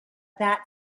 that